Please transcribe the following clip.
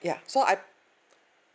ya so I